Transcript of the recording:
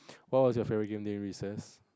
what was your favourite game during recess